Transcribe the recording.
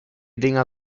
dinger